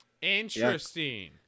Interesting